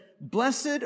Blessed